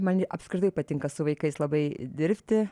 man ji apskritai patinka su vaikais labai dirbti